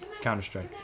Counter-Strike